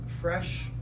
fresh